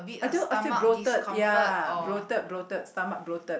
until I feel bloated ya bloated bloated stomach bloated